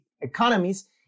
economies